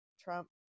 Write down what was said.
Trump